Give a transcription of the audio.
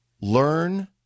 Learn